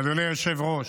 אדוני היושב-ראש,